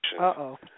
Uh-oh